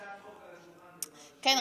כן,